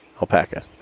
alpaca